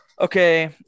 Okay